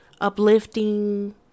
uplifting